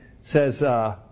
says